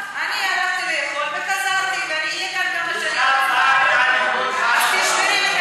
אני הלכתי לאכול וחזרתי, אז תשמרי,